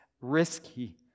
risky